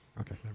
Okay